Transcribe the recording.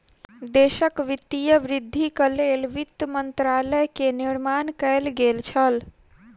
देशक वित्तीय वृद्धिक लेल वित्त मंत्रालय के निर्माण कएल गेल छल